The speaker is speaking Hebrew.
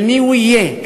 של מי הוא יהיה.